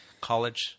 college